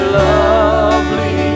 lovely